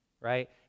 right